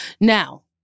Now